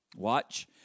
watch